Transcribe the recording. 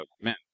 men